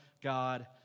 God